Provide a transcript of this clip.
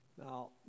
Now